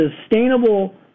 sustainable